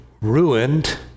ruined